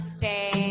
stay